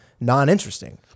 non-interesting